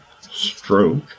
stroke